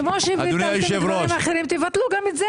כמו שביטלתם דברים אחרים, תבטלו גם את זה.